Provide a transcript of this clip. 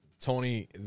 Tony